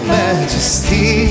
majesty